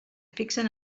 fixen